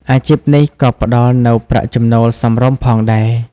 អាជីពនេះក៏ផ្ដល់នូវប្រាក់ចំណូលសមរម្យផងដែរ។